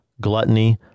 gluttony